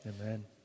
Amen